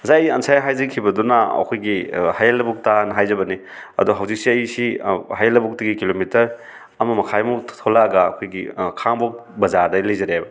ꯉꯁꯥꯏꯒꯤ ꯑꯩ ꯉꯁꯥꯏ ꯍꯥꯏꯖꯈꯤꯕꯗꯨꯅ ꯑꯩꯈꯣꯏꯒꯤ ꯍꯥꯌꯦꯜ ꯂꯕꯨꯛꯇꯅ ꯍꯥꯏꯖꯕꯅꯤ ꯑꯗꯣ ꯍꯧꯖꯤꯛꯁꯦ ꯑꯩꯁꯤ ꯍꯥꯌꯦꯜ ꯂꯕꯨꯛꯇꯒꯤ ꯀꯤꯂꯣꯃꯤꯇꯔ ꯑꯃ ꯃꯈꯥꯏꯃꯨꯛ ꯊꯣꯛꯂꯛꯑꯒ ꯑꯩꯈꯣꯏꯒꯤ ꯈꯥꯉꯕꯣꯛ ꯕꯖꯥꯔꯗ ꯂꯩꯖꯔꯦꯕ